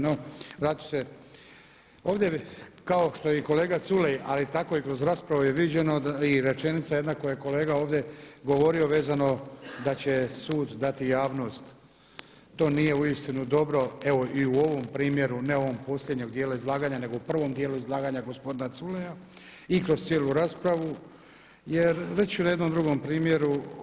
No, vratit ću se, ovdje kao što je i kolega Culej ali je tako i kroz raspravu viđeno i rečenica jedna koju je kolega ovdje govorio vezano da će sud dati javnost, to uistinu nije dobro i u ovom primjeru, ne u ovom posljednjeg dijela izlaganja nego u prvom dijelu izlaganja gospodina Culeja i kroz cijelu raspravu jer reću na jednom drugom primjeru.